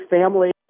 family